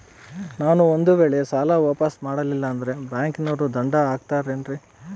ನಾನು ಒಂದು ವೇಳೆ ಸಾಲ ವಾಪಾಸ್ಸು ಮಾಡಲಿಲ್ಲಂದ್ರೆ ಬ್ಯಾಂಕನೋರು ದಂಡ ಹಾಕತ್ತಾರೇನ್ರಿ?